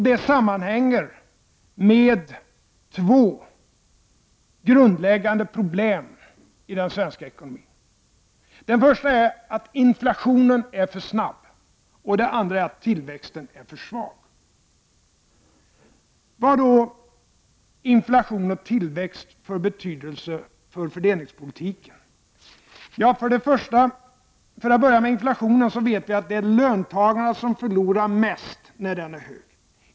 Detta sammanhänger med två grundläggande problem i den svenska ekonomin. För det första: inflationen är för snabb. För det andra: tillväxten är för svag. Vad har då inflation och tillväxt för betydelse för fördelningspolitiken? I vad gäller inflationen vet vi att det är löntagarna som förlorar mest när inflationen är hög.